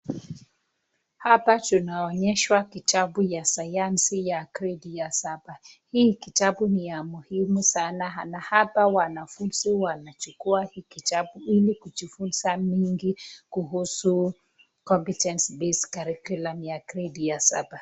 Hapa tunaonyeshwa kitabu ya sayansi ya gredi ya saba. Hii kitabu ni ya muhimu sana na hapa wanafunzi wanachukua hii kitabu ili kujifunza mingi kuhusu (cs) competence biscurriculum (cs)ya gredi ya saba.